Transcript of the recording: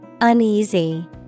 Uneasy